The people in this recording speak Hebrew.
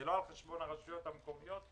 זה לא על חשבון הרשויות המקומיות.